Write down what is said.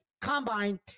combine